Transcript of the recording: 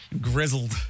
grizzled